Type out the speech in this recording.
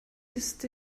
ist